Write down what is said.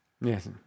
Yes